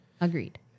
Agreed